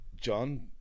John